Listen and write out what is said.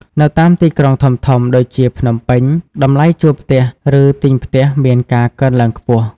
នៅតាមទីក្រុងធំៗ ដូចជាភ្នំពេញ តម្លៃជួលផ្ទះ ឬទិញផ្ទះមានការកើនឡើងខ្ពស់។